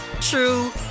true